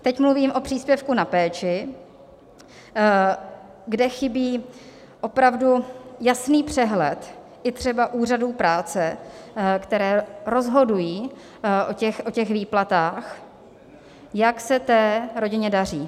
Teď mluvím o příspěvku na péči, kde chybí opravdu jasný přehled i třeba úřadů práce, které rozhodují o výplatách, jak se té rodině daří.